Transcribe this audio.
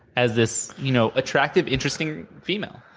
as this you know attractive, interesting female.